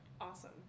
Awesome